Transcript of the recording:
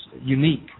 unique